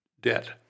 debt